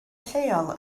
lleol